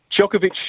Djokovic